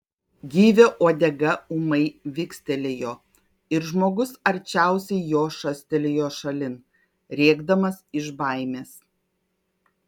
gyvio uodega ūmai vikstelėjo ir žmogus arčiausiai jo šastelėjo šalin rėkdamas iš baimės